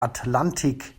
atlantik